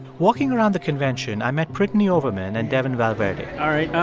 walking around the convention, i met brittany overman and devon valverde all right.